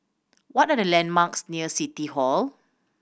what are the landmarks near City Hall